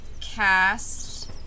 cast